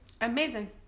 Amazing